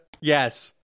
Yes